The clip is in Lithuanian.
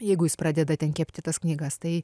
jeigu jis pradeda ten kepti tas knygas tai